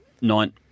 Nine